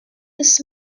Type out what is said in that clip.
this